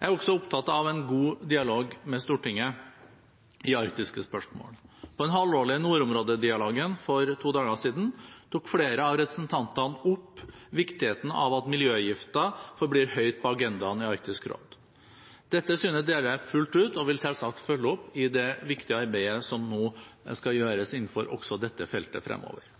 Jeg er også opptatt av en god dialog med Stortinget i arktiske spørsmål. På den halvårlige nordområdedialogen for to dager siden tok flere av representantene opp viktigheten av at miljøgifter forblir høyt på agendaen i Arktisk råd. Dette synet deler jeg fullt ut og vil selvsagt følge opp i det viktige arbeidet som nå skal gjøres innenfor også dette feltet fremover.